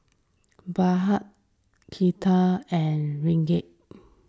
Baht Kyat and Ringgit